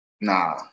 Nah